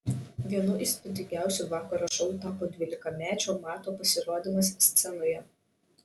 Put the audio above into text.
vienu įspūdingiausių vakaro šou tapo dvylikamečio mato pasirodymas scenoje